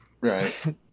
Right